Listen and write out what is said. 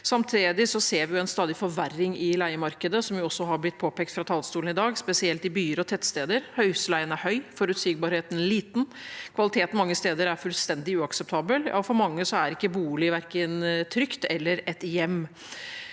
Samtidig ser vi en stadig forverring i leiemarkedet, som det er blitt påpekt fra talerstolen i dag, spesielt i byer og tettsteder. Husleien er høy, forutsigbarheten er liten, kvaliteten mange steder er fullstendig uakseptabel, og for mange er ikke boligen verken trygg eller et hjem.